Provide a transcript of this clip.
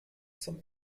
zum